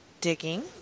digging